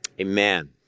Amen